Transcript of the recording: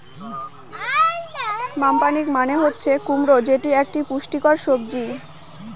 pumpkin মানে হচ্ছে কুমড়ো যেটি এক পুষ্টিকর সবজি